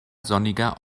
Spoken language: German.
sonniger